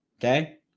Okay